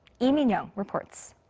lee minyoung reports.